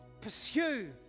pursue